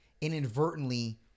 inadvertently